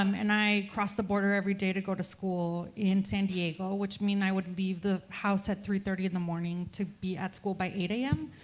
um and i crossed the border every day to go to school in san diego, which means i would leave the house at three thirty in the morning to be at school by eight am.